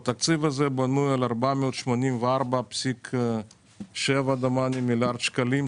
התקציב הזה בנוי על 484.7 מיליארד שקלים,